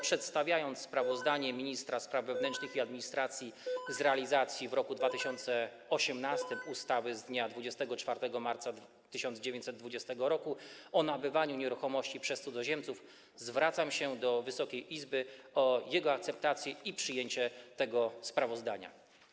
Przedstawiając sprawozdanie ministra spraw wewnętrznych i administracji z realizacji w roku 2018 ustawy z dnia 24 marca 1920 r. o nabywaniu nieruchomości przez cudzoziemców, zwracam się do Wysokiej Izby o akceptację i przyjęcie tego sprawozdania.